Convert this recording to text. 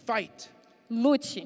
Fight